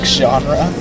genre